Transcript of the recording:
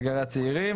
אתגרי הצעירים,